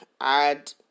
add